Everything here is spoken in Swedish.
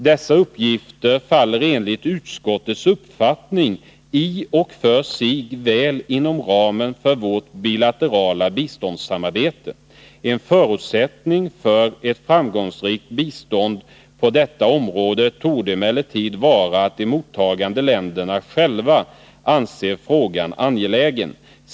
Dessa uppgifter faller enligt utskottets uppfattning i och för sig väl inom ramen för vårt bilaterala biståndssamarbete. En förutsättning för ett framgångsrikt bistånd på detta område torde emellertid vara att de mottagande länderna själva anser frågan angelägen.